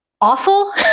awful